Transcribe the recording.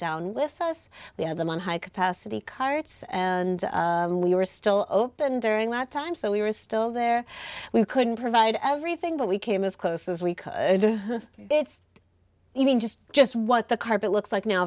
down with us the other one high capacity carts and we were still open during that time so we were still there we couldn't provide everything but we came as close as we could even just just what the carpet looks like now